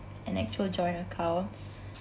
an actual joint account